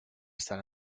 sant